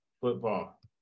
football